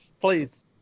please